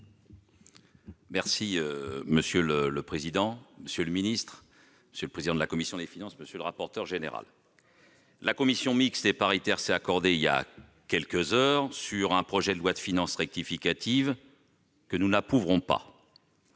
Monsieur le président, monsieur le secrétaire d'État, monsieur le président de la commission des finances, monsieur le rapporteur général, la commission mixte paritaire s'est accordée voilà quelques heures sur un projet de loi de finances rectificative que nous n'approuverons pas.